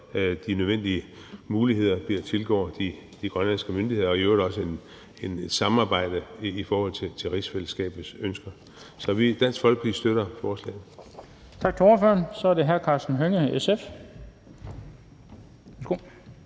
at de nødvendige muligheder også tilgår de grønlandske myndigheder, og at samarbejdet i øvrigt også foregår i forhold til rigsfællesskabets ønsker. Så Dansk Folkeparti støtter forslaget.